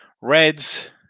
Reds